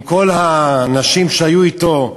עם כל האנשים שהיו אתו,